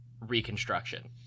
Reconstruction